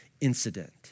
incident